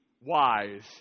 wise